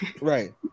Right